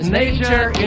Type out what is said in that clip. nature